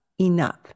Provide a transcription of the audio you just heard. enough